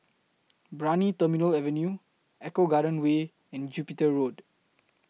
Brani Terminal Avenue Eco Garden Way and Jupiter Road